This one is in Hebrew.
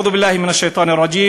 (מצטט פסוק מהקוראן,